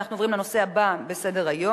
אנחנו עוברים לנושא הבא בסדר-היום: